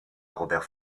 robert